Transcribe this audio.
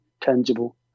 tangible